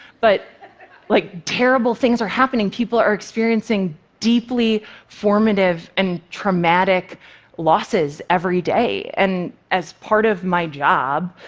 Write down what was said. but like terrible things are happening, people are experiencing deeply formative and traumatic losses every day. and as part of my job,